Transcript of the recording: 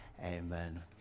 Amen